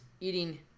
eating